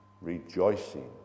rejoicing